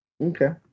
Okay